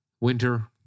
winter